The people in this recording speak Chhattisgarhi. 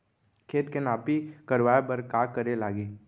खेत के नापी करवाये बर का करे लागही?